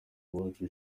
uwacu